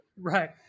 Right